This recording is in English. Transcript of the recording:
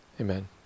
Amen